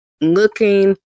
looking